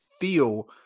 feel